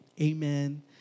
amen